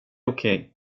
okej